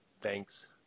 Thanks